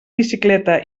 bicicleta